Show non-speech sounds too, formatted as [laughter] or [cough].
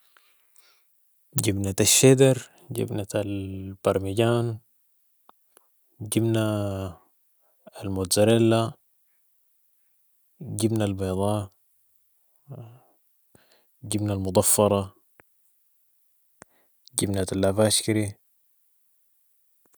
جبنة الشيدر ، جبنة البارمجان ، جبنة [mozzarella] ، الجبنة البيضاء ، الجبنة المضفرة ، جبنة < Lavash Kiri>